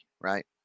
right